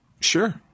Sure